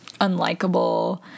unlikable